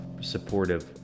supportive